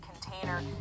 container